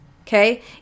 okay